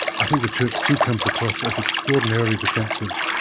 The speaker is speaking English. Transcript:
i think the church still comes across as extraordinarily defensive.